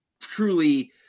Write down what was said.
truly